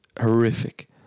horrific